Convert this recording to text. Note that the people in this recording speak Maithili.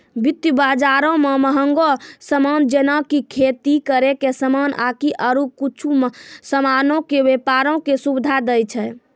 वित्त बजारो मे मंहगो समान जेना कि खेती करै के समान आकि आरु कुछु समानो के व्यपारो के सुविधा दै छै